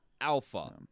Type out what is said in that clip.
alpha